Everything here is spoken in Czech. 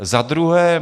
Za druhé.